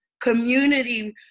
community